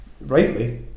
rightly